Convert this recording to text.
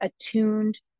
attuned